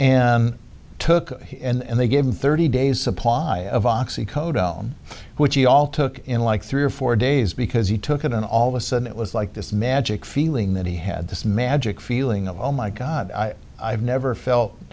took it and they gave him thirty days supply of oxy codell which he all took in like three or four days because he took it and all of a sudden it was like this magic feeling that he had this magic feeling of oh my god i've never felt